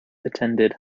attended